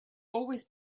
always